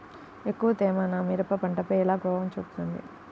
ఎక్కువ తేమ నా మిరప పంటపై ఎలా ప్రభావం చూపుతుంది?